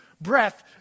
breath